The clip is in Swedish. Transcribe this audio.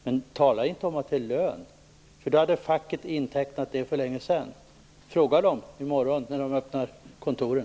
Men tala inte om dessa pengar som lön - då hade facket intecknat dem för länge sedan. Fråga dem i morgon, när de öppnar kontoren!